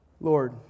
Lord